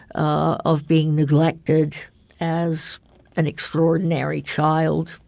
of being neglected as an extraordinary child,